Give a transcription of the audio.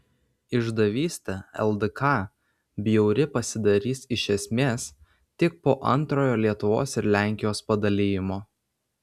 išdavystė ldk bjauri pasidarys iš esmės tik po antrojo lietuvos ir lenkijos padalijimo